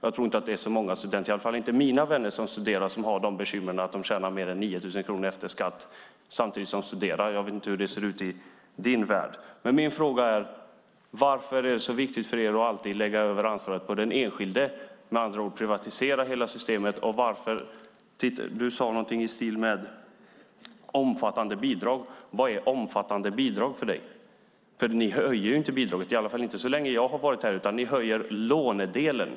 Jag tror inte att det är så många studenter, åtminstone inte bland mina vänner som studerar, som har bekymret att de tjänar mer än 9 000 kronor efter skatt. Jag vet inte hur det ser ut i din värld. Min fråga är: Varför är det så viktigt för er att alltid lägga över ansvaret på den enskilde och med andra ord privatisera hela systemet? Du talade om omfattande bidrag. Vad är omfattande bidrag för dig? Ni höjer ju inte bidraget. Det har i alla fall inte hänt så länge jag har varit här. Ni höjer i stället lånedelen.